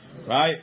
Right